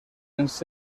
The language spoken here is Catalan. ens